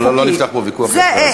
לא לא, לא נפתח פה ויכוח, זה אחד.